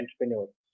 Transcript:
entrepreneurs